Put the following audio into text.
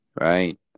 right